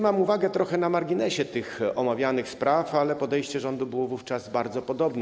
Mam uwagę trochę na marginesie omawianych spraw, ale podejście rządu było wówczas bardzo podobne.